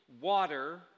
water